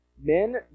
Men